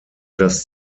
das